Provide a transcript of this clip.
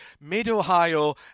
mid-Ohio